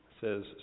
says